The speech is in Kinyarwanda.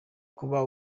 kuba